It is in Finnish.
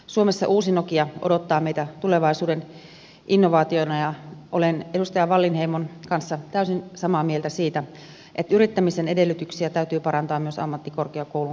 suomessa uusi nokia odottaa meitä tulevaisuuden innovaationa ja olen edustaja wallinheimon kanssa täysin samaa mieltä siitä että yrittämisen edellytyksiä täytyy parantaa myös ammattikorkeakoulun kautta